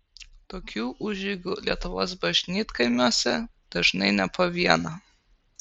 tokių užeigų lietuvos bažnytkaimiuose dažnai ne po vieną